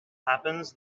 happens